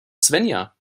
svenja